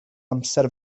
amser